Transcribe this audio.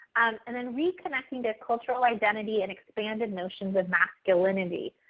and then re-connecting the cultural identity and expanded notions of masculinity.